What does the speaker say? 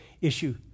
issue